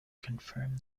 confirmed